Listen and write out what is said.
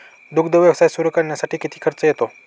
दुग्ध व्यवसाय सुरू करण्यासाठी किती खर्च येतो?